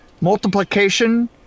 multiplication